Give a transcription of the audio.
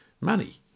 money